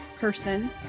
person